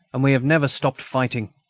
and we have never stopped fighting.